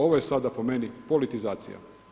Ovo je sada po meni politizacija.